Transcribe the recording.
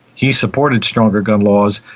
he supported stronger gun laws.